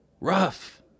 Rough